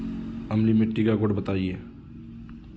अम्लीय मिट्टी का गुण बताइये